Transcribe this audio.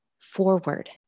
forward